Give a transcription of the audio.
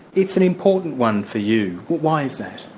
it's an important one for you. why is that?